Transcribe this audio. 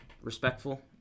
respectful